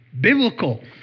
Biblical